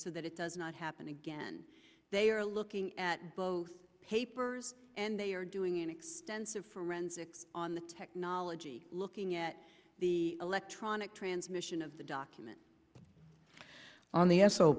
so that it does not happen again they are looking at both papers and they are doing an extensive forensics on the technology looking at the electronic transmission of the documents on the